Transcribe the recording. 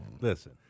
Listen